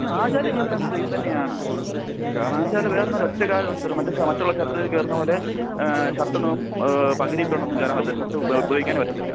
ആചാരങ്ങളെല്ലാം same തന്നെയാണ് കാരണം വെച്ചാൽ വേറെയൊന്നും അല്ല ഒറ്റ കാര്യം പറ്റത്തുള്ളൂ മറ്റേ മറ്റുള്ള ക്ഷേത്രത്തിൽ കയറുന്ന പോലെ ഷർട്ട് ഒന്നും പകുതി ഇട്ടുകൊണ്ട് ഒന്നും കയറാൻ പറ്റത്തില്ല ഷർട്ട് ഉപയോഗിക്കാനേ പറ്റത്തില്ല